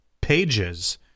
pages